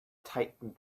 tightened